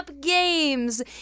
games